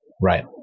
right